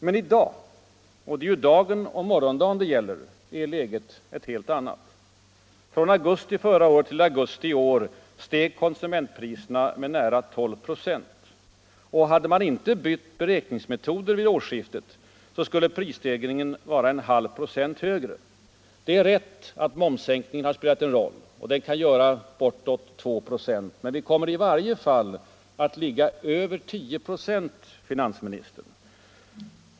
Men i dag — och det är ju dagen och morgondagen det gäller — är läget ett helt annat. Från augusti förra året till augusti i år steg konsumentpriserna med nära 12 26. Om man inte hade bytt beräkningsmetoder vid årsskiftet, skulle prisstegringen vara en halv procent högre. Det är rätt att momssänkningen har spelat en roll. Den kan göra bortåt 2 926. Men vi kommer i varje fall att ligga över 10 96, herr finansminister.